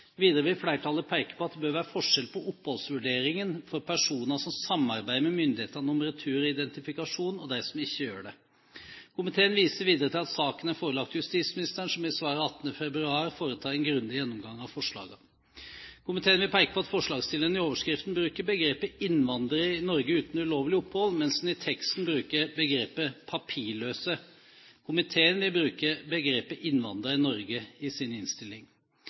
Videre vil flertallet peke på at det bør være forskjell på oppholdsvurderingen for personer som samarbeider med myndighetene om retur og identifikasjon, og de som ikke gjør det. Komiteen viser videre til at saken er forelagt justisministeren, som i svar av 18. februar foretar en grundig gjennomgang av forslagene. Komiteen vil peke på at forslagsstillerne i overskriften bruker begrepet «innvandrere i Norge uten lovlig opphold», mens de i teksten bruker begrepet «papirløse». Komiteen vil bruke begrepet «innvandrere i Norge» i sin innstilling.